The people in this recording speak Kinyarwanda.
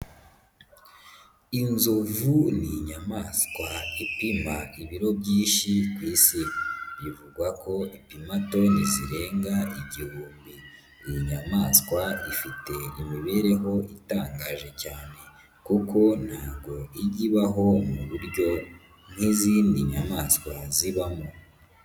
Inzovu ni inyamaswa ipima ibiro byinshi ku Isi, bivugwa ko ipima toni zirenga igihumbi. Iyi nymaswa ifite imibereho itangaje cyane kuko ntago ijya ibaho mu buryo nk'izindi nyamaswa zibamo.